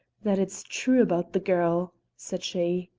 that it's true about the girl, said she.